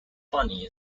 funny